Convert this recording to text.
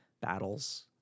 battles